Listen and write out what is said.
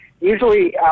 usually